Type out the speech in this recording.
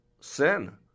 Sin